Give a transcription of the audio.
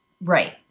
Right